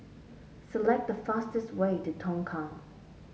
select the fastest way to Tongkang